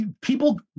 people